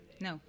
no